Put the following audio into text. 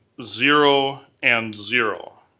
zero, and zero.